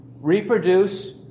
reproduce